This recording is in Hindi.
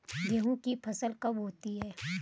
गेहूँ की फसल कब होती है?